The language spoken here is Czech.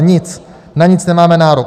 Nic, na nic nemáme nárok.